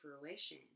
fruition